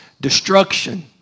destruction